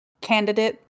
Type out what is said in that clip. candidate